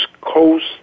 Coast